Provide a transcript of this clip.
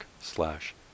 slash